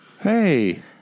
Hey